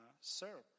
serve